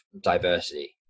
diversity